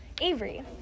Avery